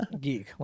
Geek